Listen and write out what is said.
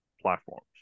platforms